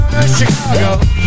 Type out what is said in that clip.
Chicago